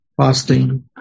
fasting